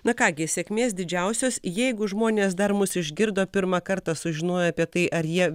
na ką gi sėkmės didžiausios jeigu žmonės dar mus išgirdo pirmą kartą sužinoję apie tai ar jie